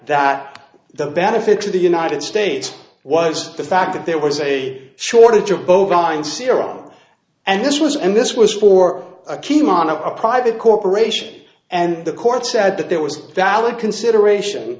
that the benefit to the united states was the fact that there was a shortage of bovine sera and this was and this was for a team on a private corporation and the court said that there was a valid consideration